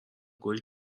گلی